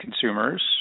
consumers